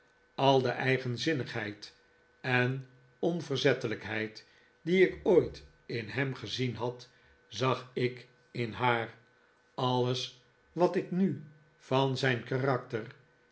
al de eigenzinnigheid en onverzettelijkheid die ik ooit in hem gezien had zag ik in haar alles wat ik nu van zijn karakter